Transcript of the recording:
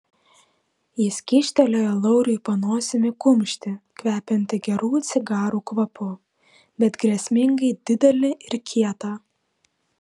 jis kyštelėjo lauriui po nosimi kumštį kvepiantį gerų cigarų kvapu bet grėsmingai didelį ir kietą